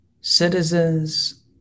citizens